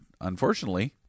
unfortunately